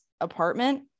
apartment